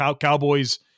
Cowboys